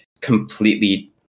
completely